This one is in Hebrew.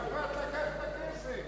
ערפאת לקח את הכסף.